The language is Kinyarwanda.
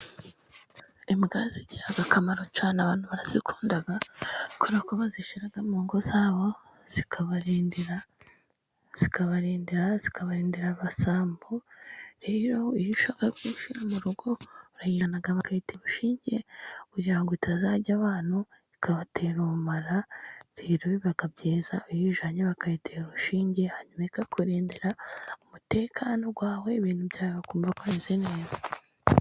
Imbwa zigira akamaro cyane, abantu barazikunda kubera ko bazishyira mu ngo zabo zikabarindira, zikabandira abasambo, rero iyo ushaka kuyishyira mu rugo, urayiyana bakayitera urushinge kugira ngo itazarya abantu ikabatera ubumara, rero biba byiza kuyijanya bakayitera urushinge hanyuma ikakurindira umutekano wawe ibintu byawe bigomba kumera neza.